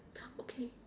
okay